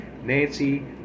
Nancy